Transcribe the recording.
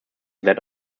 that